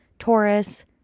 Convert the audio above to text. Taurus